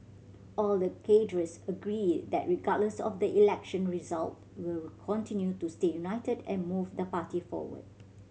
all the cadres agree that regardless of the election results we'll continue to stay united and move the party forward